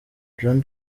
john